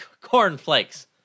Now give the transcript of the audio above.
cornflakes